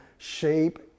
shape